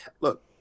Look